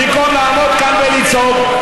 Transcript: במקום לעמוד כאן ולצעוק,